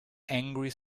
angry